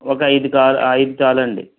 ఒక ఐదు కావ ఐదు చాలు అండి